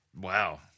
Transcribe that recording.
Wow